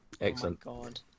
Excellent